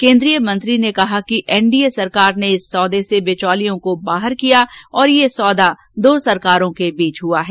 केंद्रीय मंत्री ने कहा कि एनडीए सरकार ने इस सौदे से बिचौलियों को बाहर किया और यह सौदा दो सरकारों के बीच हुआ है